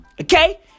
Okay